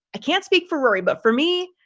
i can't speak for rory. but for me,